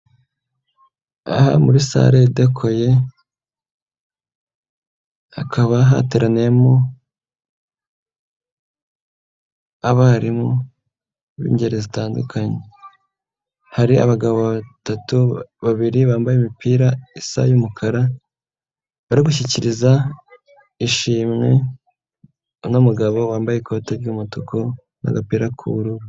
Aha ni muri sale idekoye, hakaba hateraniyemo, abarimu b'ingeri zitandukanye. Hari abagabo batatu, babiri bambaye imipira isa y'umukara, bari gushyikiriza ishimwe, umugabo wambaye ikote ry'umutuku n'agapira k'ubururu.